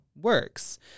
works